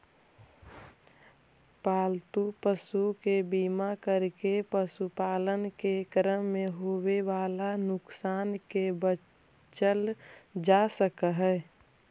पालतू पशु के बीमा करके पशुपालन के क्रम में होवे वाला नुकसान से बचल जा सकऽ हई